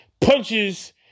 punches